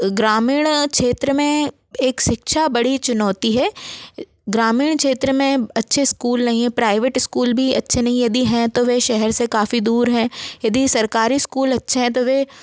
ग्रामीण क्षेत्र में एक शिक्षा बड़ी चुनौती है ग्रामीण क्षेत्र मे अच्छे इस्कूल नहीं है प्राइवेट इस्कूल भी अच्छे नहीं है यदि है तो वे शहर से काफ़ी दूर है यदि सरकारी स्कूल अच्छे हैं तो वे